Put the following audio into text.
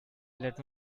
let